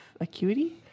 acuity